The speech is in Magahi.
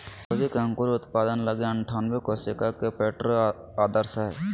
फूलगोभी के अंकुर उत्पादन लगी अनठानबे कोशिका के प्रोट्रे आदर्श हइ